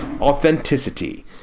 Authenticity